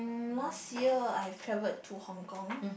last year I've traveled to Hong-Kong